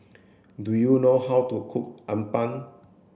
do you know how to cook Appam